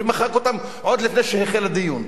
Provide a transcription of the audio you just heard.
הוא מחק אותם עוד לפני שהחל הדיון.